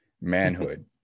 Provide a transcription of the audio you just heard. manhood